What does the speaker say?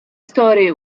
started